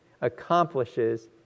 accomplishes